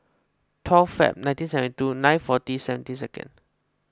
twelve Feb nineteen seventy two nine forty seventeen second